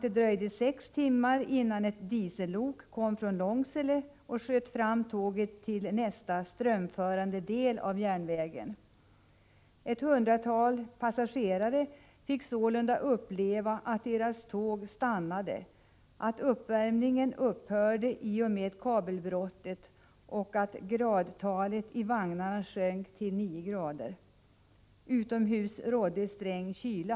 Det dröjde sex timmar innan ett diesellok kom från Långsele och sköt fram tåget till nästa strömförande del av järnvägen. Ett hundratal passagerare fick sålunda vara med om att deras tåg stannade, att uppvärmningen i och med kabelbrottet minska järnvägstrafikens sårbarhet vid strömavbrott upphörde och att temperaturen i vagnarna sjönk till 9”. Utomhus rådde sträng kyla.